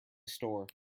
store